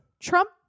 trump